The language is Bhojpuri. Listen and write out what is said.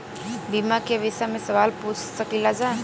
बीमा के विषय मे सवाल पूछ सकीलाजा?